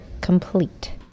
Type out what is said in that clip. complete